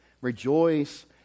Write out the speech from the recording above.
Rejoice